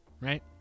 Right